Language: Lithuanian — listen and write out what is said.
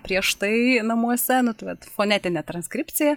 prieš tai namuose na tai vat fonetinė transkripcija